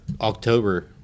October